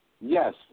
Yes